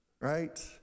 right